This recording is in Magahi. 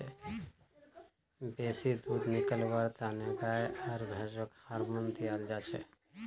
बेसी दूध निकलव्वार तने गाय आर भैंसक हार्मोन दियाल जाछेक